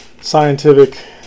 scientific